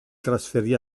trasferì